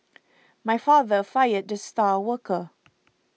my father fired the star worker